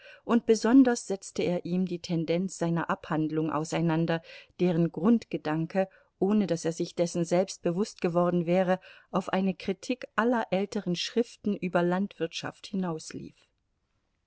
und besonders setzte er ihm die tendenz seiner abhandlung auseinander deren grundgedanke ohne daß er sich dessen selbst bewußt geworden wäre auf eine kritik aller älteren schriften über landwirtschaft